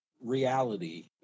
reality